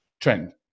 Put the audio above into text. trend